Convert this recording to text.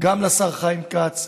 גם לשר חיים כץ,